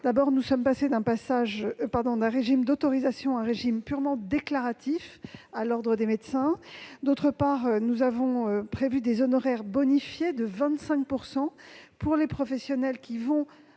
part, nous sommes passés d'un régime d'autorisation à un régime purement déclaratif à l'Ordre des médecins. D'autre part, nous avons prévu des honoraires bonifiés de 25 % pour les professionnels qui ouvrent